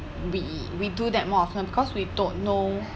we we do that more often because we don't know